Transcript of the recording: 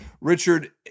Richard